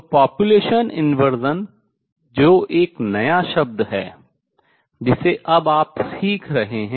तो population inversion जनसंख्या व्युत्क्रमण जो एक नया शब्द है जिसे अब आप सीख रहे हैं